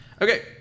Okay